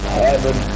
heaven